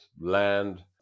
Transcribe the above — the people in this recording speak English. land